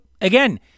again